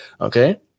Okay